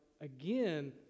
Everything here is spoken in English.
again